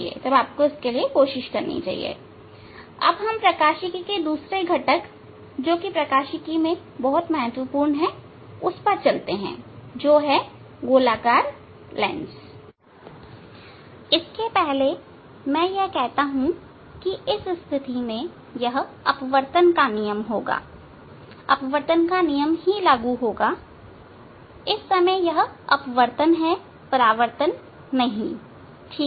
अब हम प्रकाशिकी के दूसरे घटक जो प्रकाशिकी में बहुत महत्वपूर्ण घटक है उस पर चलते हैं वह गोलाकार लेंस है इसके पहले मैं कहता हूं इस स्थिति में यह अपवर्तन का नियम होगा अपवर्तन का नियम ही लागू होगा इस समय यह अपवर्तन है परावर्तन नहीं अपवर्तनठीक है